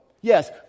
Yes